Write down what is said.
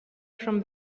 from